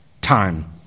Time